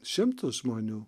šimtus žmonių